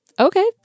Okay